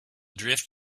drift